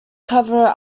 cover